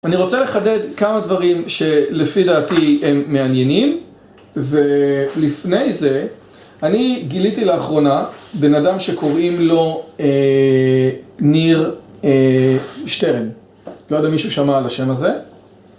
אני רוצה לחדד כמה דברים שלפי דעתי הם מעניינים ולפני זה, אני גיליתי לאחרונה בן אדם שקוראים לו ניר שטרן לא יודע אם מישהו שמע על השם הזה?